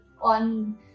on